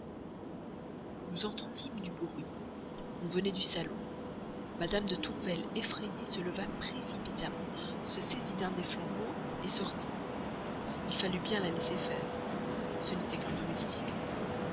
nous entendîmes du bruit on venait au salon mme de tourvel effrayée se leva précipitamment se saisit d'un des flambeaux sortit il fallut bien la laisser faire ce n'était qu'un domestique